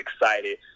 excited